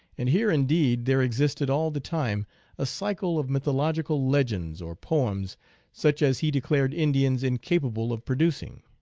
and here indeed there existed all the time a cycle of mytho logical legends or poems such as he declared indians incapable of producing.